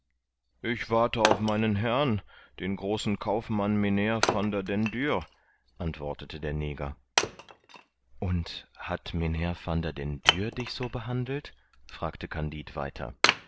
ich warte auf meinen herrn den großen kaufmann mynheer van der dendur antwortete der neger und hat mynheer van der dendur dich so behandelt fragte kandid weiter